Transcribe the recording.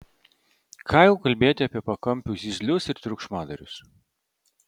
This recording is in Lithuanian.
ką jau kalbėti apie pakampių zyzlius ir triukšmadarius